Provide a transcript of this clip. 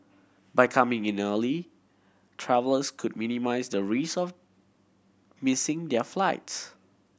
by coming in early travellers could minimise the risk of missing their flights